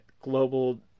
global